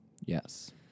Yes